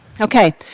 Okay